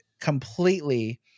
completely